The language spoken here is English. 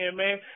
man